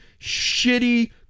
shitty